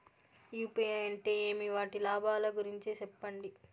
UPI అంటే ఏమి? వాటి లాభాల గురించి సెప్పండి?